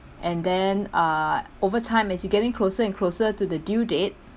and then uh over time as you're getting closer and closer to the due date